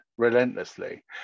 relentlessly